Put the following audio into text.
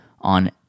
on